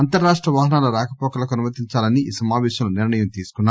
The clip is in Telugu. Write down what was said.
అంతర్ రాష్ల వాహనాల రాకపోకలకు అనుమతించాలని ఈ సమాపేశంలో నిర్ణయం తీసుకున్నారు